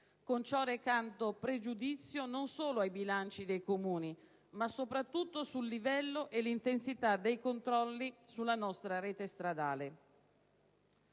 con ciò arrecando pregiudizio non solo ai bilanci dei Comuni, ma soprattutto sul livello e l'intensità dei controlli sulla nostra rete stradale.